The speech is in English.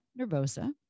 nervosa